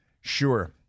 Sure